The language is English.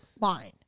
line